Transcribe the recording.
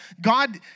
God